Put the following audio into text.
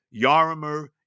Yarimer